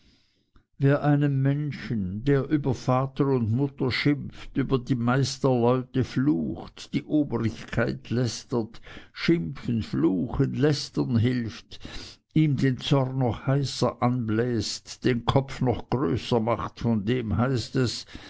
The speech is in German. wer einem menschen der über vater und mutter schimpft über die meisterleute flucht die obrigkeit lästert schimpfen fluchen lästern hilft ihm den zorn noch heißer anbläst den kopf noch größer macht von dem heißt es